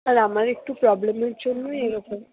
আর আমার একটু প্রবলেমের জন্যই এরকম